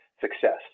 success